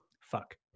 Fuck